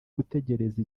gutegereza